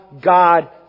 God